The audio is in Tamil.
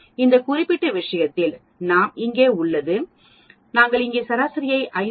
இந்த குறிப்பிட்ட விஷயத்தில் நாம் இங்கே உள்ளது நாங்கள் இங்கே சராசரியாக 501